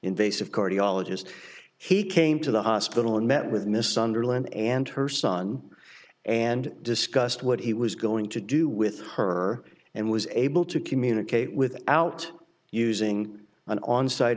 invasive cardiologist he came to the hospital and met with miss underlain and her son and discussed what he was going to do with her and was able to communicate without using an on site